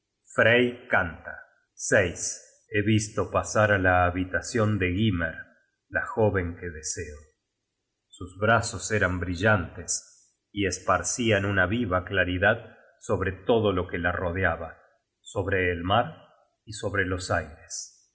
frey canta he visto pasar á la habitacion de gymer la jóven que deseo sus brazos eran brillantes y esparcian una viva claridad sobre todo lo que la rodeaba sobre el mar y en los aires